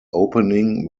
opening